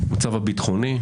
המצב הביטחוני: